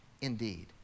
indeed